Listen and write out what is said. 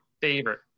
favorite